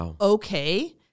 okay